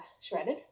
shredded